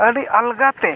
ᱟᱹᱰᱤ ᱟᱞᱜᱟᱛᱮ